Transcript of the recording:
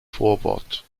vorwort